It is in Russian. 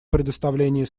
предоставлении